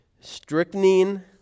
strychnine